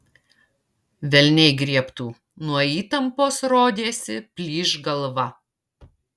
velniai griebtų nuo įtampos rodėsi plyš galva